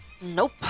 Nope